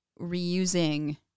reusing